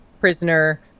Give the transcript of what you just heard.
prisoner